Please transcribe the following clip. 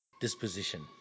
Disposition